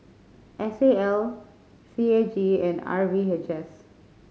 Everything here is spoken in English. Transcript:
S A L C A G and R V H S